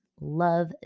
Love